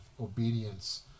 obedience